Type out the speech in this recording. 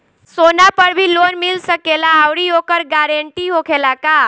का सोना पर भी लोन मिल सकेला आउरी ओकर गारेंटी होखेला का?